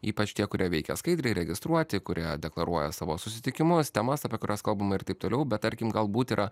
ypač tie kurie veikia skaidriai registruoti kurie deklaruoja savo susitikimus temas apie kurias kalbama ir taip toliau bet tarkim galbūt yra